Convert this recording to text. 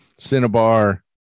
Cinnabar